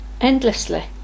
endlessly